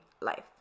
life